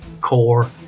core